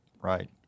Right